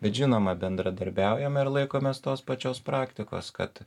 bet žinoma bendradarbiaujame ir laikomės tos pačios praktikos kad